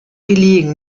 gelegen